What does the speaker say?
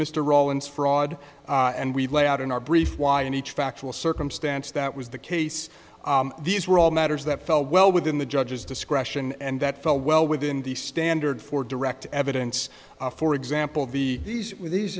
mr rowlands for awd and we lay out in our brief why in each factual circumstance that was the case these were all matters that fell well within the judge's discretion and that fell well within the standard for direct evidence for example the these these